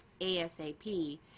ASAP